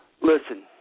Listen